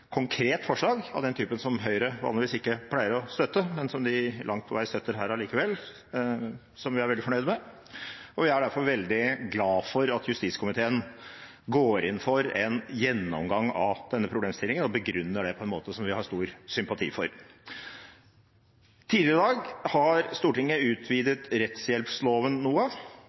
konkret forslag, av den typen som Høyre vanligvis ikke pleier å støtte, men som de langt på vei støtter her allikevel, noe vi er fornøyd med. Vi er derfor veldig glad for at justiskomiteen går inn for en gjennomgang av denne problemstillingen og begrunner det på en måte som vi har stor sympati for. Tidligere i dag har Stortinget utvidet rettshjelpsloven noe.